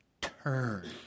turn